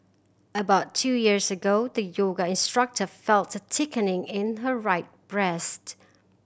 about two years ago the yoga instructor felt thickening in her right breast